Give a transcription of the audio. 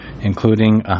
including